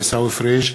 עיסאווי פריג',